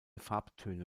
farbtöne